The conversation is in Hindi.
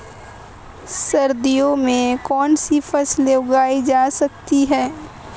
सर्दियों में कौनसी फसलें उगाई जा सकती हैं?